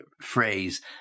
phrase